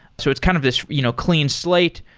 so it's kind of this you know clean slate.